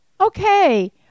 Okay